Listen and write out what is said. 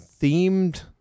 themed